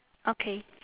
okay